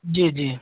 जी जी